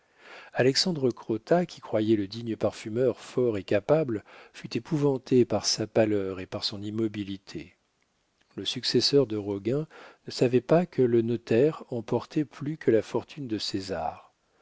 alexandre crottat qui croyait le digne parfumeur fort et capable fut épouvanté par sa pâleur et par son immobilité le successeur de roguin ne savait pas que le notaire emportait plus que la fortune de césar